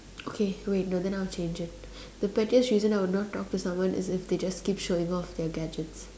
okay wait no then I'll change it the pettiest reason I would not talk to someone is if they just keep showing off their gadgets